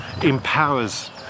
empowers